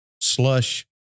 slush